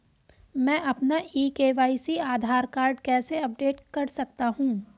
मैं अपना e KYC Aadhaar card कैसे अपडेट कर सकता हूँ?